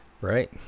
right